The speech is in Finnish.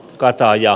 karttaa ja